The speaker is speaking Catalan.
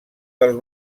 dels